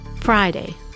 Friday